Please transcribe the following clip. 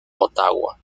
motagua